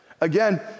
Again